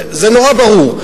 זה נורא ברור.